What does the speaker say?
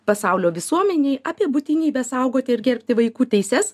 pasaulio visuomenei apie būtinybę saugoti ir gerbti vaikų teises